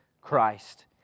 Christ